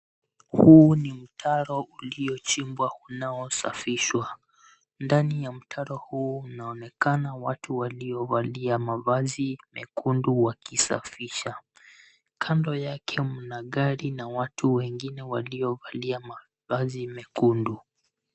Huu ni mtaro uliochimbwa unaosafishwa. Ndani ya mtaro huu kunaonekana watu waliovalia mavazi mekundu wakisafisha. Kando yake mna gari na watu wengine waliovalia mavazi mekundu.